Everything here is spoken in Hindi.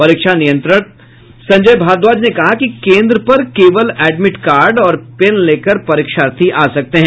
परीक्षा नियंत्रक संजय भारद्वाज ने कहा कि केन्द्र पर केवल एडमिट कार्ड और पेन लेकर परीक्षार्थी आ सकते हैं